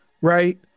Right